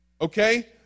Okay